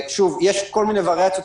יש כל מיני וריאציות,